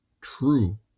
true